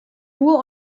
nur